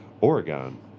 Oregon